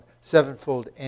sevenfold